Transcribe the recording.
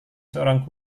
seorang